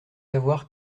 avoir